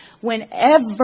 whenever